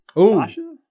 Sasha